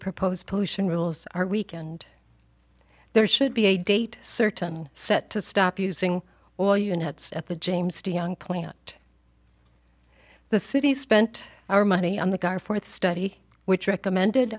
proposed pollution rules are weekend there should be a date certain set to stop using all units at the james d young point the city spent our money on the guard for its study which recommended